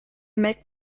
make